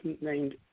named